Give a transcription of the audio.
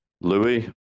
Louis